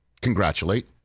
Congratulate